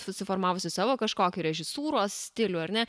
susiformavusį savo kažkokį režisūros stilių ar ne